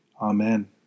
Amen